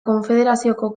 konfederazioko